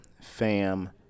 Fam